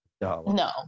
No